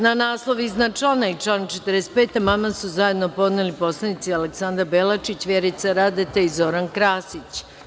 Na naslov iznad člana i član 45. amandman su zajedno podneli narodni poslanici Aleksandra Belačić, Vjerica Radeta i Zoran Krasić.